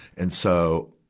and so,